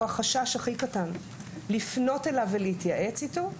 החשש הכי קטן לפנות אליו להתייעץ איתו,